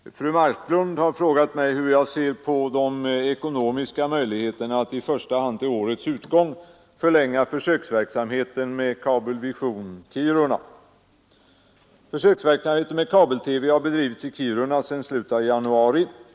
Herr talman! Fru Marklund har frågat mig hur jag ser på de ekonomiska möjligheterna att i första hand till årets utgång förlänga försöksverksamheten med ”kabelvision Kiruna”. Försöksverksamhet med kabel-TV har bedrivits i Kiruna sedan slutet av januari.